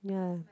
ya